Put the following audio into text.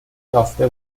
یافته